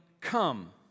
come